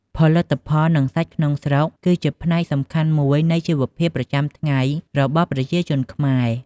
ផលិតផល និងសាច់ក្នុងស្រុក គឺជាផ្នែកសំខាន់មួយនៃជីវភាពប្រចាំថ្ងៃរបស់ប្រជាជនខ្មែរ។